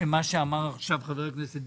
ואם תסגור בעוד שלושה חודשים,